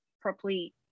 properly